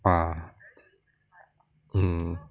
ah mm